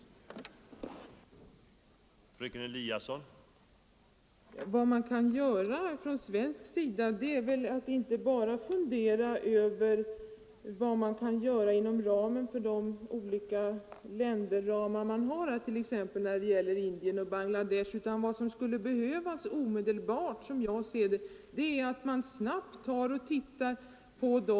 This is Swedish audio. Torsdagen den